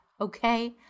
Okay